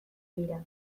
dira